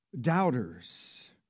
doubters